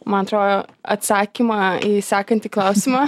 man atrodo atsakymą į sekantį klausimą